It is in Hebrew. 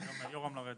יורם לרדו